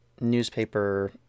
newspaper